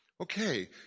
okay